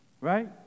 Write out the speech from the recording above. Right